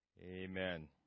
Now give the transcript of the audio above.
Amen